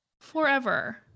Forever